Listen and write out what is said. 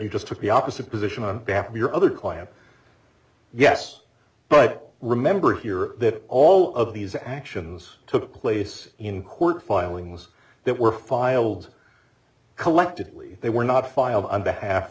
you just took the opposite position on behalf of your other client yes but remember here that all of these actions took place in court filings that were filed collectively they were not filed on behalf